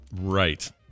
Right